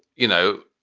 you know.